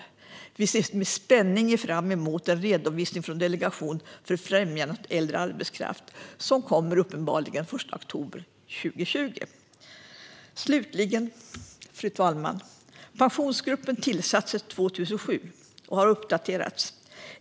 Sverigedemokraterna ser med spänning fram emot redovisningen från Delegation för främjande av äldre arbetskraft som kommer den 1 oktober 2020. Fru talman! Slutligen: Pensionsgruppen tillsattes 2007 och har uppdaterats.